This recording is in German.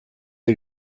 die